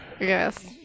Yes